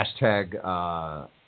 hashtag